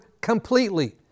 completely